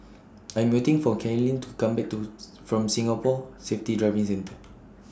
I Am waiting For Kaylyn to Come Back to from Singapore Safety Driving Centre